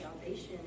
salvation